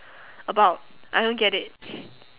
about I don't get it